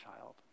child